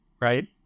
right